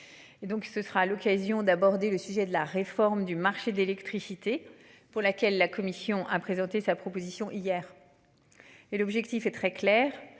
ce sera l'occasion d'aborder le sujet de la réforme du marché de l'électricité pour laquelle la Commission a présenté sa proposition hier. Et l'objectif est très clair.